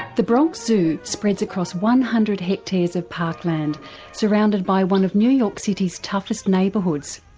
the bronx zoo spreads across one hundred hectares of parkland surrounded by one of new york city's toughest neighbourhoods.